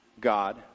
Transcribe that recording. God